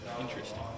Interesting